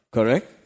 Correct